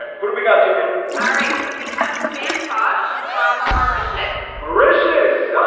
what do we got jillian? all right so we have santosh from mauritius mauritius, ah,